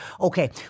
Okay